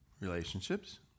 relationships